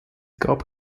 gab